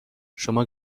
شما